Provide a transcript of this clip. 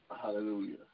Hallelujah